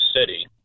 City